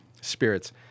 spirits